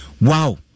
Wow